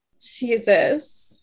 Jesus